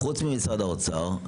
חוץ ממשרד האוצר,